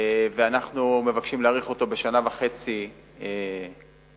ואנחנו מבקשים להאריך אותו בשנה וחצי נוספות,